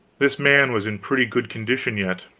this man was in pretty good condition yet.